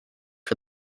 for